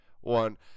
one